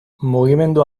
mugimendu